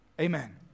Amen